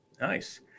nice